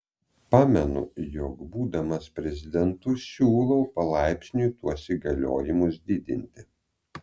pamenu jog būdamas prezidentu siūlau palaipsniui tuos įgaliojimus didinti